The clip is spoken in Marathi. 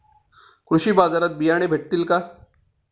कृषी बाजारात बियाणे भेटतील का?